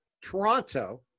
Toronto